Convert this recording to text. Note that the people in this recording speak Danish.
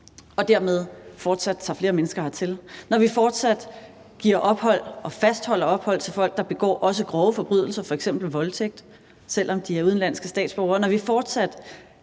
vi dermed fortsat tager flere mennesker hertil, når vi fortsat giver ophold til folk, der begår også grove forbrydelser, f.eks. voldtægt, og fastholder